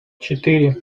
четыре